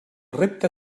repte